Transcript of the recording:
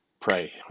pray